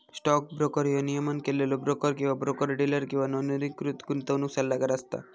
stock broker ह्यो नियमन केलेलो ब्रोकर, ब्रोकर डीलर किंवा नोंदणीकृत गुंतवणूक सल्लागार असता